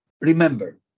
Remember